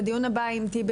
לדיון הבא עם טיבי,